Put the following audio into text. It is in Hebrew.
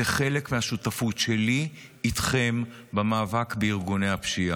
זה חלק מהשותפות שלי איתכם במאבק בארגוני הפשיעה.